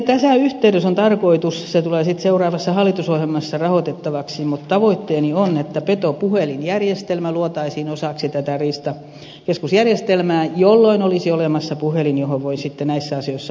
tässä yhteydessä on tarkoitus se tulee sitten seuraavassa hallitusohjemassa rahoitettavaksi mutta tavoitteeni on että petopuhelinjärjestelmä luotaisiin osaksi tätä riistakeskusjärjestelmää jolloin olisi olemassa puhelin johon voi sitten näissä asioissa ottaa yhteyttä